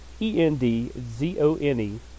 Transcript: E-N-D-Z-O-N-E